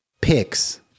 picks